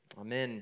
Amen